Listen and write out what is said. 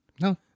No